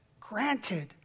granted